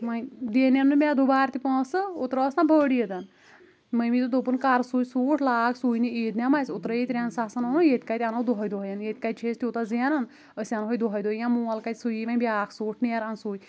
وۄنۍ دیٖنٮ۪و نہٕ مےٚ دُبار تہِ پونٛسہ اُترٕ ٲس نہ بٔڑ عیٖدَن مٔمی دوٚپ دوٚپُن کَر سُے سوٗٹ لاگ سُے نہِ عیٖز نٮ۪ماز اُترٕییے ترٛٮ۪ن ساسَن اوٚنُتھ ییٚتہِ کَتہِ نیرِ دۄہے دۄہے ییٚتہِ کَتہِ چھِ أسۍ تِیوٗتہ زینَن أسۍ اَنہوے دۄہے دۄہے یا مول کَتہِ سُیی وۄنۍ بیاکھ سوٗٹ نیر اَن سُے